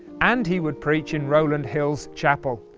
and he would preach in rowland hill's chapel.